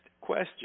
question